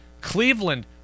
Cleveland